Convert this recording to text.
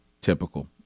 typical